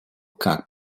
как